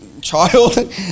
child